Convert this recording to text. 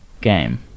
game